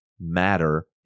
matter